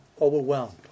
overwhelmed